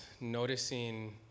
noticing